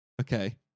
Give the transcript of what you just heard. Okay